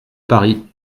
paris